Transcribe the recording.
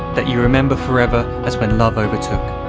that you remember forever, as when love overtook.